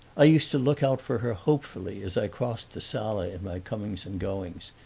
i used to look out for her hopefully as i crossed the sala in my comings and goings,